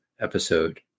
episode